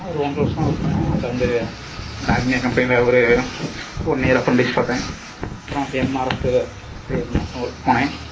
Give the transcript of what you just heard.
நான் ஒரு ஒன்றை வருஷோம் ஒர்க் பண்ணிணேன் அது வந்து டால்மியா கம்பெனியில் ஒரு ஒன் இயர் அப்ரண்டிஸ் பார்த்தேன் அப்புறம் எம்ஆர்எஃப்க்கு ஏழு மாசம் ஒர்க் போனேன்